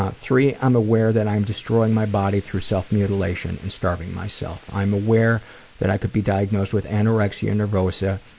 ah three, i'm aware that i'm destroying my body through self-mutilation and starving myself. i'm aware that i could be diagnosed with anorexia nervosa,